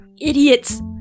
Idiots